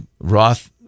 Roth